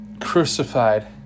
crucified